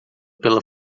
pela